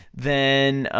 then,